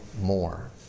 more